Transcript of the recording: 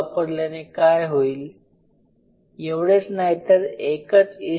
वापरल्याने काय होईल एवढेच नाही तर एकच E